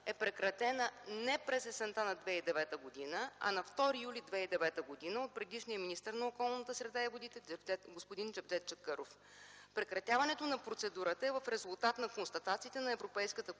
е прекратена не през есента на 2009 г., а на 2 юли 2009 г. от предишния министър на околната среда и водите господин Джевдет Чакъров. Прекратяването на процедурата е в резултат на констатациите на Европейската комисия,